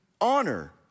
honor